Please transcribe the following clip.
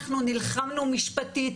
אנחנו נלחמנו משפטית,